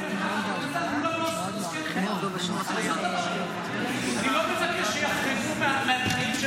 --- אני לא מבקש שיחרגו מהתנאים של